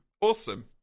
awesome